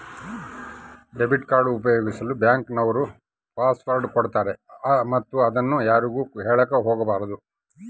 debit card ಉಪಯೋಗಿಸಲು bank ನವರು password ಕೊಡ್ತಾರೆ ಮತ್ತು ಅದನ್ನು ಯಾರಿಗೂ ಹೇಳಕ ಒಗಬಾರದು